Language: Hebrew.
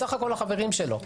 החברים שלו.